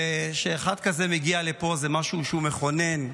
כשאחד כזה מגיע לפה זה משהו שהוא מכונן,